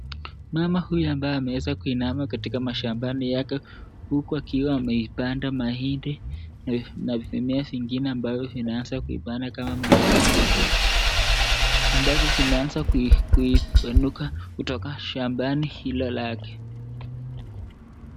Mama huyu ambaye ameweza kuinama katika mashambani yake huku akiwa ameipanda mahindi na mimea zingine ambazo zinaanza kuipana kama marakwa ambazo zimeanza kuipanuka kutoka shambani hilo lake.